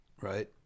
right